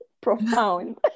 Profound